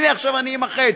הנה, עכשיו אני עם החץ.